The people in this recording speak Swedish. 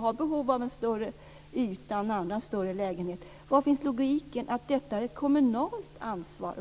har behov av större yta - större lägenheter - än andra. Vari finns logiken i det faktum att detta är ett kommunalt ansvar?